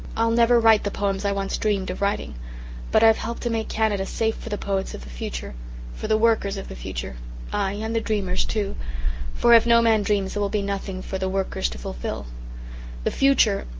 i'll never write the poems i once dreamed of writing but i've helped to make canada safe for the poets of the future for the workers of the future ay, and the dreamers, too for if no man dreams, there will be nothing for the workers to fulfil the future,